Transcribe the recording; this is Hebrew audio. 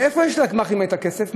מאיפה יש לגמ"חים את הכסף?